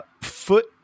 foot